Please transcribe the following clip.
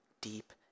deep